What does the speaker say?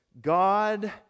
God